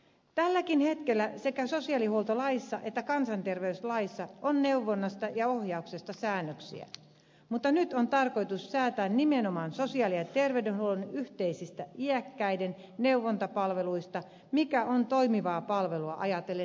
tälläkin hetkellä sekä sosiaalihuoltolaissa että kansanterveyslaissa on neuvonnasta ja ohjauksesta säännöksiä mutta nyt on tarkoitus säätää nimenomaan sosiaali ja terveydenhuollon yhteisistä iäkkäiden neuvontapalveluista mikä on toimivaa palvelua ajatellen tärkeää